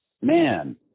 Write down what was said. Man